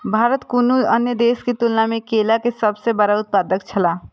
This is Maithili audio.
भारत कुनू अन्य देश के तुलना में केला के सब सॉ बड़ा उत्पादक छला